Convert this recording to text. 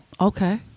Okay